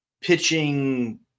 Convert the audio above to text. pitching